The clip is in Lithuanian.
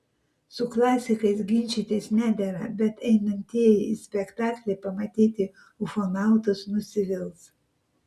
su klasikais ginčytis nedera bet einantieji į spektaklį pamatyti ufonautus nusivils